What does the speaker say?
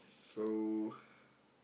so